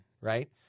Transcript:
right